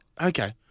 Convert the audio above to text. Okay